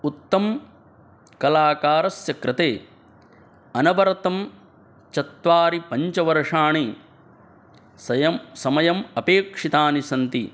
उत्तमकलाकारस्य कृते अनवरतं चत्वारि पञ्चवर्षाणि सयं समयम् अपेक्षितानि सन्ति